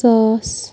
ساس